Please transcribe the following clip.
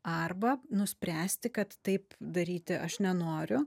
arba nuspręsti kad taip daryti aš nenoriu